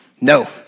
No